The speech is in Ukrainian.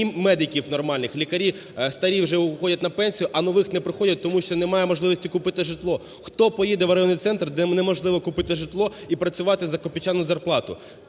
ні медиків нормальних. Лікарі старі вже уходять на пенсію, а нові не приходять, тому що немає можливості купити житло. Хто поїде в районний центр, де неможливо житло і працювати за копійчану зарплату?